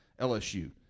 LSU